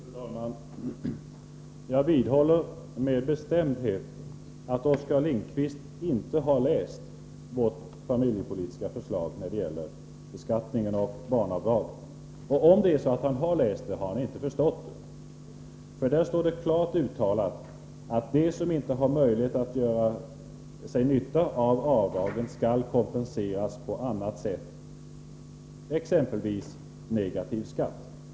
Fru talman! Jag vidhåller med bestämdhet att Oskar Lindkvist inte har läst vårt familjepolitiska förslag när det gäller barnavdrag vid beskattningen. Om han har läst det har han inte förstått det. Där står det nämligen klart uttalat att de som inte har möjlighet att tillgodogöra sig avdragen skall kompenseras på annat sätt, exempelvis genom negativ skatt.